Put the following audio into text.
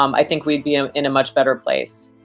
um i think we'd be in a much better place.